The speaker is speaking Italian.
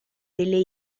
delle